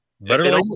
better